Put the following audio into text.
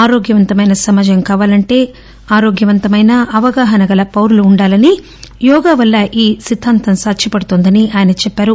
ఆరోగ్యవంతమైన సమాజం కావాలంటే ఆరోగ్యవంతమైన అవగాహన గల పౌరులు ఉండాలని యోగా వల్ల ఈ సిద్ధాంతం సాధ్యపడుతుందని ఆయన చెప్పారు